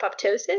apoptosis